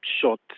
shot